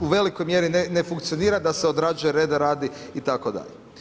u velikoj mjeri ne funkcionira da se odrađuje reda radi itd.